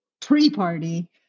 Pre-party